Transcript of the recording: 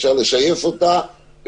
אפשר לשייף אותה,